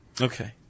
Okay